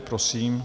Prosím.